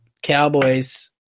Cowboys